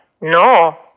No